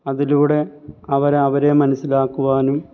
അതിലൂടെ അവര് അവരെ മനസ്സിലാക്കുവാനും